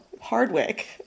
Hardwick